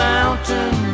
Mountain